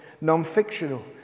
non-fictional